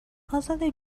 ازاده